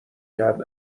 کرد